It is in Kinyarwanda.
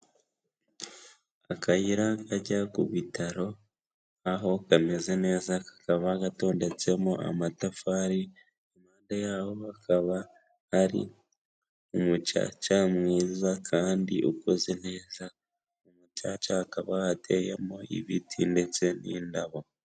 Akayira kajya ku bitaro aho kameze neza, kakaba gatondetsemo amatafari, impande yaho bakaba hari umucaca mwiza kandi ukoze neza, mu mucaca hakaba hateyemo ibiti ndetse n'indabo.